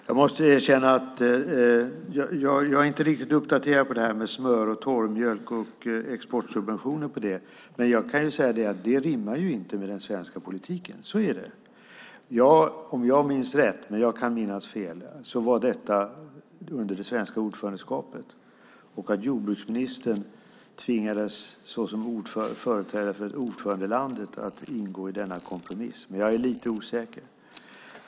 Herr talman! Jag måste erkänna att jag inte är riktigt uppdaterad på detta med smör och torrmjölk och exportsubventioner på det, men jag kan säga att det inte rimmar med den svenska politiken. Så är det. Om jag minns rätt - men jag kan minnas fel - var detta under det svenska ordförandeskapet. Då tvingades jordbruksministern som företrädare för ordförandelandet att ingå denna kompromiss, men jag är lite osäker.